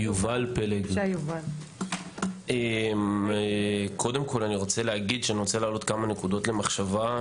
קודם כל, אני רוצה להעלות כמה נקודות למחשבה.